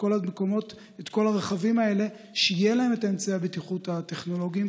כל הרכבים האלה שיהיו להם אמצעי הבטיחות הטכנולוגיים,